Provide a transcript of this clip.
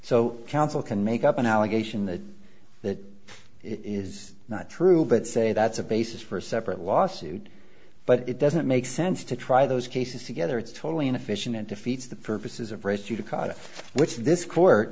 so counsel can make up an allegation that that is not true but say that's a basis for a separate lawsuit but it doesn't make sense to try those cases together it's totally inefficient and defeats the purposes of race judicata which this court